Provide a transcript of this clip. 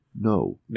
No